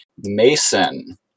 Mason